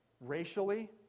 racially